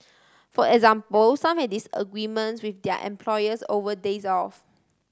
for example some have disagreements with their employers over days off